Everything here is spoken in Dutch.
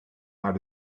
naar